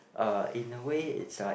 uh in a way it's like